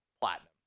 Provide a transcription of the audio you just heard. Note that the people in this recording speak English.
platinum